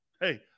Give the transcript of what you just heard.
Hey